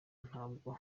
ntabwo